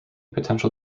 potential